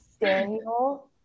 Daniel